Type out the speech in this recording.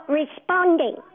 responding